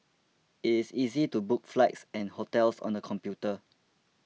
it is easy to book flights and hotels on the computer